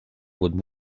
would